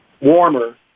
warmer